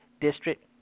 District